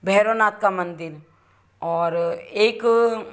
भैरोनाथ का मंदिर और एक